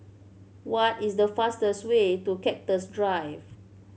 what is the fastest way to Cactus Drive